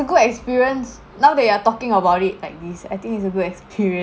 ya it's a good experience now that you are talking about it like this I think it's a good experience mm